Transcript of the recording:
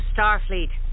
Starfleet